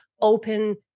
open